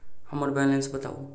हम्मर बैलेंस बताऊ